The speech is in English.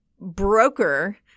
broker